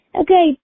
Okay